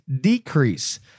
decrease